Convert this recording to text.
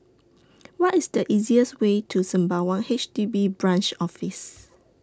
What IS The easiest Way to Sembawang H D B Branch Office